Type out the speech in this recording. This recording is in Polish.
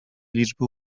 liczby